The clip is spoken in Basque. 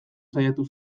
saiatu